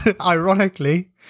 ironically